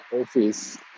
office